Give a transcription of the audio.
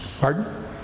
Pardon